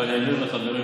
אבל אני אעביר לחברים,